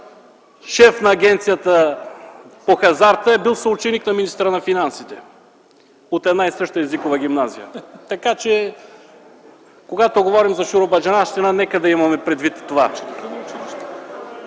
шеф на Агенцията по хазарта е бил съученик на министъра на финансите – от една и съща езикова гимназия са. Така че, когато говорим за шуробаджанащината, нека имаме предвид това.